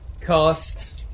cast